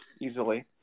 Easily